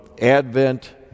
Advent